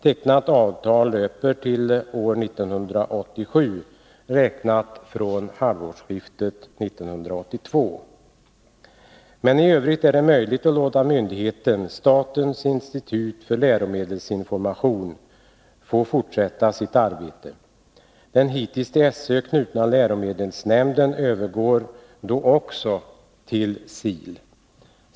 Tecknade avtal löper till år 1987 räknat från halvårsskiftet 1982. Men i övrigt är det möjligt att låta myndigheten, statens institut för läromedelsinformation, få fortsätta sitt arbete. Den hittills till SÖ knutna läromedelsnämnden övergår då också till SIL.